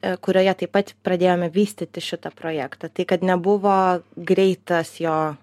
kurioje taip pat pradėjome vystyti šitą projektą tai kad nebuvo greitas jo